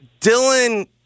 Dylan